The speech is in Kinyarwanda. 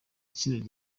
itsinda